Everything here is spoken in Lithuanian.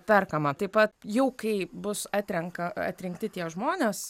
perkama taip pat jau kai bus atrenka atrinkti tie žmonės